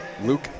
Luke